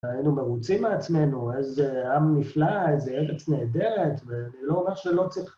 היינו מרוצים מעצמנו, איזה עם נפלא, איזה ארץ נהדרת, ואני לא אומר שלא צריך...